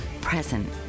present